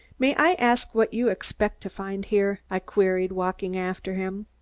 may i ask what you expect to find here? i queried, walking after him.